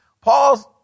Paul's